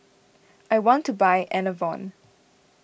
I want to buy Enervon